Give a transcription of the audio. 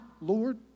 Lord